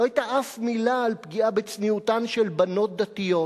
לא היתה אף מלה על פגיעה בצניעותן של בנות דתיות,